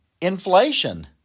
inflation